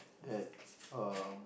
at um